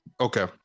Okay